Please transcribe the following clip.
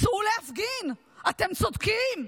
צאו להפגין, אתם צודקים,